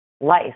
life